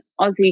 Aussie